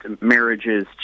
marriages